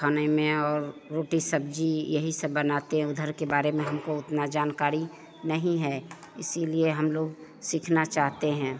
खाने में और रोटी सब्ज़ी यही सब बनाते हैं उधर के बारे में हमको उतनी जानकारी नहीं है इसलिए हमलोग सीखना चाहते हैं